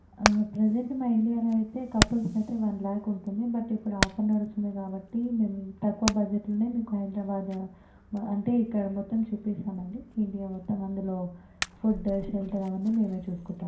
present మా ఇండియాలో అయితే కపుల్స్ అయితే వన్ లాక్ ఉంటుంది బట్ ఇప్పుడు ఆఫర్ నడుస్తుంది కాబట్టి మేము తక్కువ బడ్జెట్ లోనే మీకు హైదరాబాద్ అంటే ఇక్కడ మొత్తం చూపిస్తాం అండి ఇండియా మొత్తం అందులో ఫుడ్ షెల్టరు అవన్నీ మేమే చూసుకుంటాం